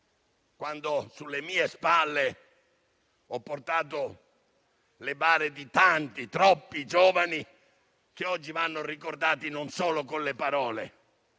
quando sulle mie spalle ho portato le bare di tanti, troppi, giovani che oggi vanno ricordati non solo con le parole,